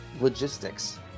logistics